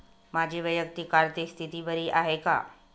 माझी वैयक्तिक आर्थिक स्थिती बरी आहे का?